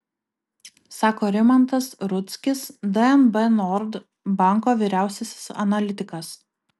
sako rimantas rudzkis dnb nord banko vyriausiasis analitikas